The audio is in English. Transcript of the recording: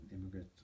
immigrant